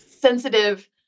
sensitive